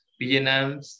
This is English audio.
Vietnam